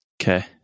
Okay